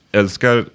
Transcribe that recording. älskar